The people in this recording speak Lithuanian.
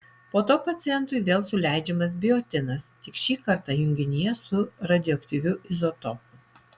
po to pacientui vėl suleidžiamas biotinas tik šį kartą junginyje su radioaktyviu izotopu